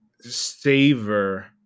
savor